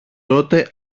τότε